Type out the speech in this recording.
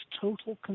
total